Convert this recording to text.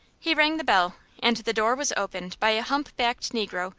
he rang the bell, and the door was opened by a hump-backed negro,